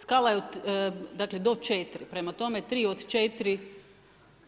Skala je dakle do 4. Prema tome, tri od četiri